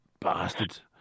Bastards